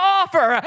offer